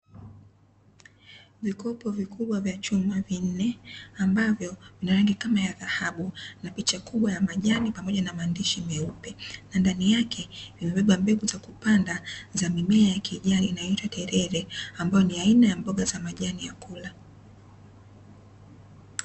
Vikopo vikubwa vya chuma vinne, ambavyo vina rangi kama ya dhahabu na picha kubwa ya majani na maandishi meupe na ndani yake zimebeba mbegu za kupanda za mimea kijani, inayoitwa telele ambayo ni aina ya mboga za majani ya kula.